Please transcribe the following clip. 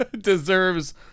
deserves